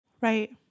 Right